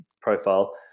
profile